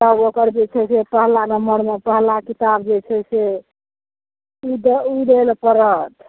तब ओकर जे छै से पहला नम्मर मे पहला किताब जे छै से ई दे ई दै लऽ पड़त